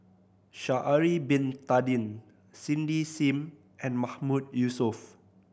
Sha'ari Bin Tadin Cindy Sim and Mahmood Yusof